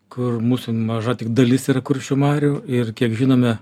kur mūsų maža tik dalis yra kuršių marių ir kiek žinome